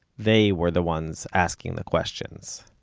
they were the ones asking the questions